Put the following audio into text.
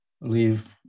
leave